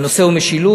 הנושא הוא משילות,